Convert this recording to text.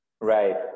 right